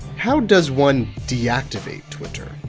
how does one deactivate twitter?